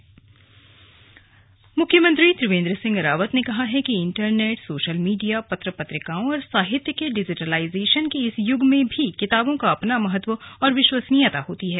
slug Doon literature festival मुख्यमंत्री त्रिवेन्द्र सिंह रावत ने कहा है कि इन्टरनेट सोशल मीडिया पत्र पत्रिकाओं और साहित्य के डिजिटिलाईजेशन के इस युग में भी किताबों का अपना महत्व और विश्वसनीयता है